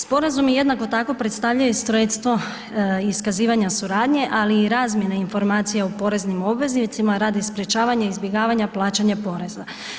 Sporazumi jednako tako predstavljaju sredstvo iskazivanja suradnje, ali i razmjene informacija o poreznim obveznicima radi sprječavanja izbjegavanja plaćanja poreza.